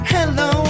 Hello